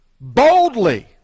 Boldly